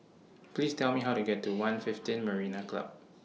Please Tell Me How to get to one fifteen Marina Club